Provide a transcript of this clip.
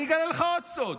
אני אגלה לך עוד סוד: